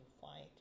fight